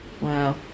Wow